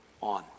on